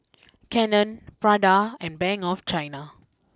Canon Prada and Bank of China